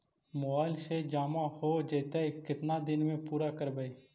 Mobile से जामा हो जैतय, केतना दिन में पुरा करबैय?